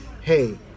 hey